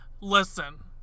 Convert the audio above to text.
Listen